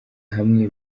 hamwe